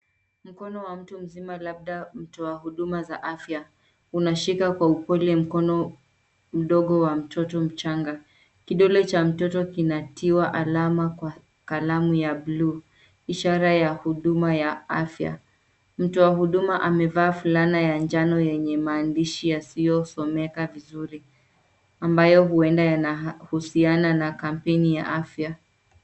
Mkono wa mtu mzima labda mtu wa huduma za afya unashika kwa upole mkono mdogo wa mtoto mchangKidole cha mtoto kinatiwa alama kwa kalamu ya bluu ishara ya huduma ya afya. Mtu wa huduma amevaa fulana ya njano yenye maandishi yasiyosomeka vizuri ambayo huenda yanahusiana na kampeni ya afya.